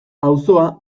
auzoa